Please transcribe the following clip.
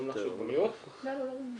מישהו יכול לקבל דו"ח ולא רק,